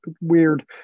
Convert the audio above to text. weird